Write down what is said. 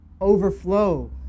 overflow